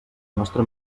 nostra